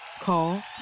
Call